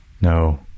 No